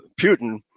Putin